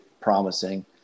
promising